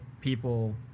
people